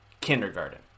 kindergarten